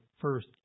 first